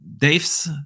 Dave's